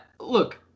Look